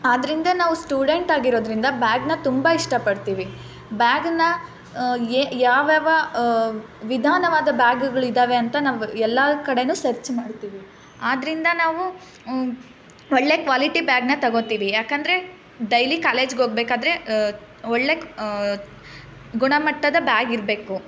ಆದ್ರಿಂದ ನಾವು ಸ್ಟೂಡೆಂಟ್ ಆಗಿರೊದ್ರಿಂದ ಬ್ಯಾಗ್ನ ತುಂಬ ಇಷ್ಟಪಡ್ತೀವಿ ಬ್ಯಾಗ್ನ ಎ ಯಾವ್ಯಾವ ವಿಧವಾದ ಬ್ಯಾಗ್ಗಳಿದ್ದಾವೆ ಅಂತ ನಾವು ಎಲ್ಲ ಕಡೆಯೂ ಸರ್ಚ್ ಮಾಡ್ತೀವಿ ಆದ್ರಿಂದ ನಾವು ಒಳ್ಳೆಯ ಕ್ವಾಲಿಟಿ ಬ್ಯಾಗ್ನ ತಗೋತೀವಿ ಯಾಕೆಂದರೆ ಡೈಲಿ ಕಾಲೇಜ್ಗೆ ಹೋಗ್ಬೇಕಾದ್ರೆ ಒಳ್ಳೆಯ ಗುಣಮಟ್ಟದ ಬ್ಯಾಗ್ ಇರಬೇಕು